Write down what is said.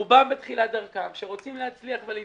רובם בתחילת דרכם, שרוצים להצליח ולהתפתח,